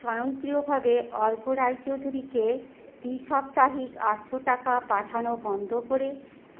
স্বয়ংক্রিয়ভাবে অর্ক রায়চৌধুরীকে দ্বিসাপ্তাহিক আটশো টাকা পাঠানো বন্ধ করে